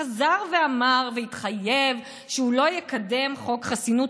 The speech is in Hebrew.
חזר ואמר והתחייב שהוא לא יקדם חוק חסינות